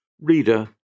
Reader